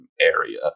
area